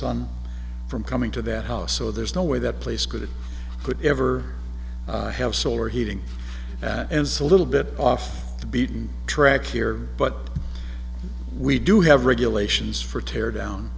sun from coming to that house so there's no way that place could it could ever have solar heating and so little bit off the beaten track here but we do have regulations for tear down